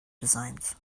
designs